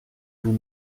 vous